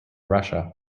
russia